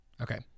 okay